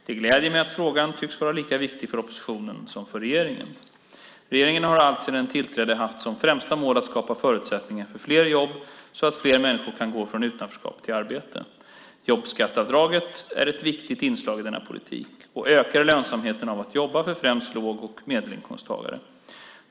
Det gläder mig att frågan tycks vara lika viktig för oppositionen som för regeringen. Regeringen har alltsedan den tillträdde haft som främsta mål att skapa förutsättningar för fler jobb, så att fler människor kan gå från utanförskap till arbete. Jobbskatteavdraget är ett viktigt inslag i denna politik och ökar lönsamheten av att jobba för främst låg och medelinkomsttagare.